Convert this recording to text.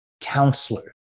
counselor